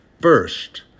first